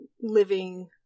living